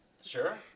Sure